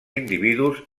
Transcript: individus